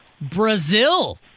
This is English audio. Brazil